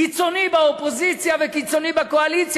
קיצוני באופוזיציה וקיצוני בקואליציה.